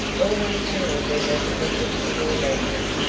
always knew there was a method in your madness,